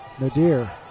Nadir